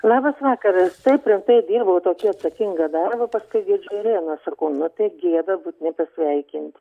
labas vakaras taip rimtai dirbau tokį atsakingą darbą paskui girdžiu irena sakau nu tai taip gėda būt nepasveikint